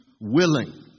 willing